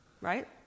Right